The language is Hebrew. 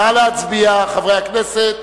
נא להצביע, חברי הכנסת.